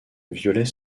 violet